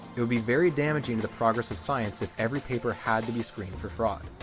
it would be very damaging to the progress of science that every paper had to be screened for fraud.